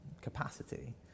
capacity